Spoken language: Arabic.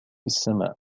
السماء